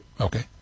Okay